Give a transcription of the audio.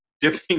dipping